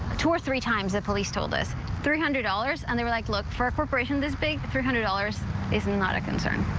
two or three times the police told us three hundred dollars and they're like look for corporation, this big four hundred dollars is not a concern.